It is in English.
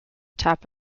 top